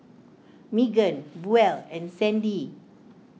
Meagan Buel and Sandie